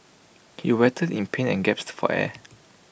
he writhed in pain and gaps for air